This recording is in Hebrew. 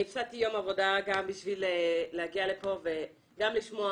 אני הפסדתי יום עבודה בשביל להגיע לפה, גם לשמוע.